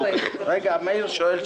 רגע, מאיר שואל שאלה.